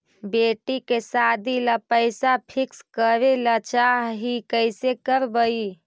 बेटि के सादी ल पैसा फिक्स करे ल चाह ही कैसे करबइ?